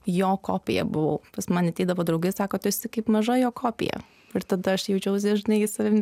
jo kopija buvau pas mane ateidavo draugai sako tu esi kaip maža jo kopija ir tada aš jaučiausi žinai savim